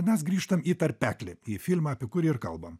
mes grįžtam į tarpeklį į filmą apie kurį ir kalbam